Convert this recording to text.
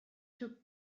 took